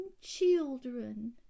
children